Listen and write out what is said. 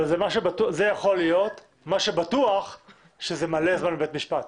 זה יכול להיות אבל מה שבטוח זה שזה יגיע לבית משפט.